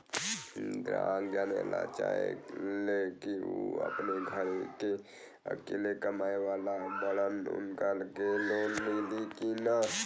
ग्राहक जानेला चाहे ले की ऊ अपने घरे के अकेले कमाये वाला बड़न उनका के लोन मिली कि न?